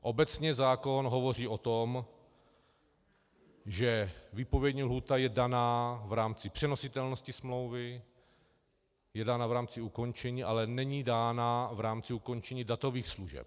Obecně zákon hovoří o tom, že výpovědní lhůta je daná v rámci přenositelnosti smlouvy, je dána v rámci ukončení, ale není dána v rámci ukončení datových služeb.